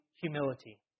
humility